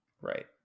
Right